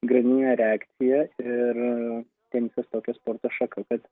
grandininė reakcija ir tenisas tokia sporto šaka kad